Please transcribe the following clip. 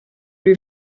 lui